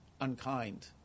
unkind